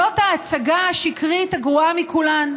זאת ההצגה השקרית הגרועה מכולן,